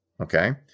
okay